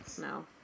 No